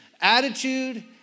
attitude